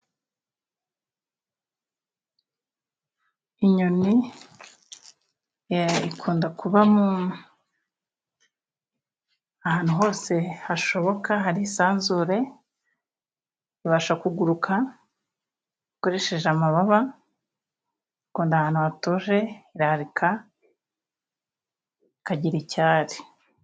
Inyoni ikunda kuba ahantu hose hashoboka hari isanzure, ibasha kuguruka ikoresheje amababa, ikunda ahantu hatuje, irarika ikagi icyari.